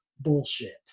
Bullshit